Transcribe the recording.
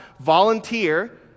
volunteer